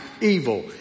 evil